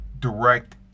direct